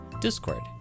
Discord